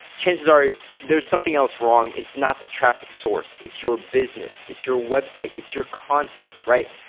chances are there's something else wrong. it's not the traffic source. it's your business. it's your website. it's your contents, right?